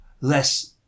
less